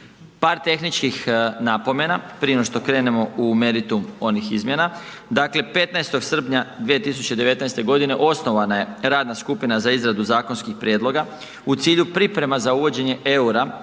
Par tehničkih napomena prije nego što krenemo u meritum onih izmjena, dakle 15. srpnja 2019. g. osnovana je radna skupina za izradu zakonskih prijedloga u cilju priprema za uvođenje eura